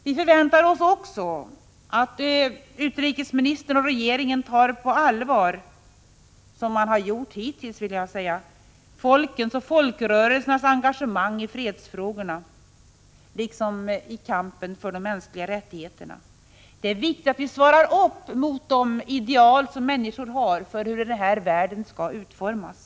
Vi förväntar oss också att utrikesministern och regeringen — som man har gjort hittills — tar på allvar folkens och folkrörelsernas engagemang i fredsfrågorna liksom i kampen för de mänskliga rättigheterna. Det är viktigt att vi motsvarar de ideal som människor har för hur denna värld skall utformas.